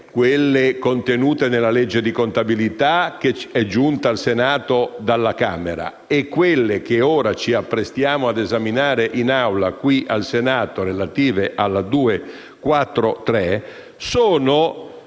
quella contenuta nella legge di contabilità, giunta al Senato dalla Camera, e quella che ora ci apprestiamo ad esaminare in Aula qui al Senato, relativa alla legge n.